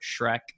Shrek